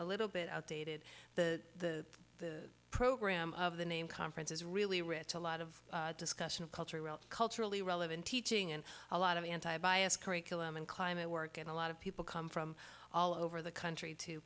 a little bit outdated the the program of the name conferences really rich a lot of discussion of culture culturally relevant teaching and a lot of anti bias curriculum and climate work and a lot of people come from all over the country to